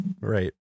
Right